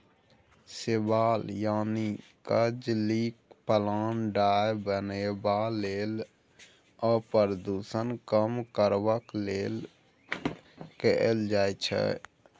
शैबाल यानी कजलीक पालन डाय बनेबा लेल आ प्रदुषण कम करबाक लेल कएल जाइ छै